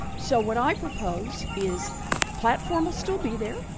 so what i propose is platform will still be there.